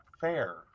Fair